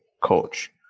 coach